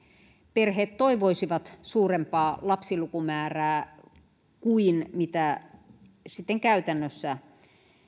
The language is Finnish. perheet toivoisivat suurempaa lapsilukumäärää kuin mitä käytännössä